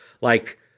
like-